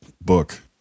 book